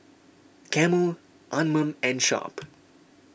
Camel Anmum and Sharp